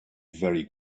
very